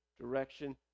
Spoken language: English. direction